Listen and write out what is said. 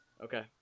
Okay